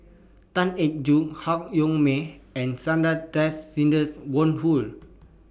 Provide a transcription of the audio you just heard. Tan Eng Joo Han Yong May and Sidney Woodhull